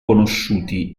conosciuti